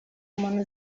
n’umuntu